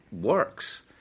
works